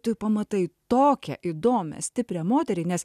tu pamatai tokią įdomią stiprią moterį nes